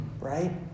right